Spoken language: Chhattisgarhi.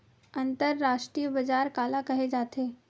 अंतरराष्ट्रीय बजार काला कहे जाथे?